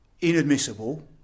inadmissible